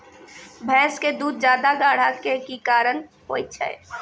भैंस के दूध ज्यादा गाढ़ा के कि कारण से होय छै?